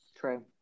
true